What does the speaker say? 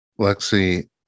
Lexi